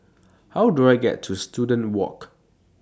How Do I get to Student Walk